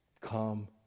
come